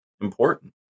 important